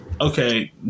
okay